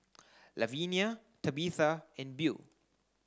Lavenia Tabitha and Beau